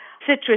citrus